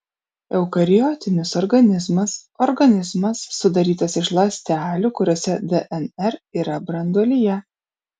eukariotinis organizmas organizmas sudarytas iš ląstelių kuriose dnr yra branduolyje